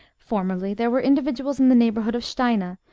formerly there were individuals in the neighbour hood of steina,